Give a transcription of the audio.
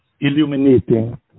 illuminating